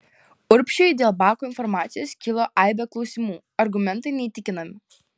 urbšiui dėl bako informacijos kilo aibė klausimų argumentai neįtikinami